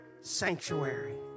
sanctuary